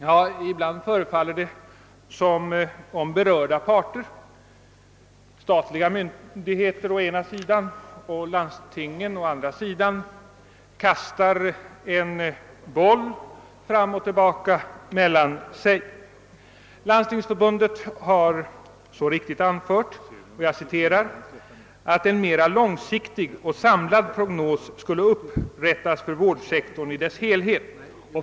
Ja, ibland förefaller det som om berörda parter — statliga myndigheter å ena sidan och landstingen å andra sidan — kastar en boll fram och tillbaka mellan sig. Landstingsförbundet har så riktigt anfört att »en mera långsiktig och samlad prognos skulle upprättas för vårdsektorn i dess helhet.